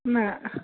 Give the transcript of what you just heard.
نَہ